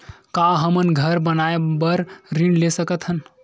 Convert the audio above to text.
का हमन घर बनाए बार ऋण ले सकत हन?